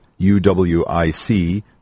UWIC